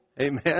Amen